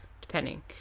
depending